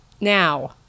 Now